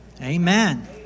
Amen